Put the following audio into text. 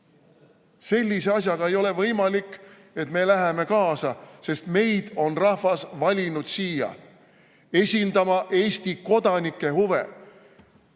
Sellise asjaga ei ole võimalik kaasa minna, sest meid on rahvas valinud siia esindama Eesti kodanike huve.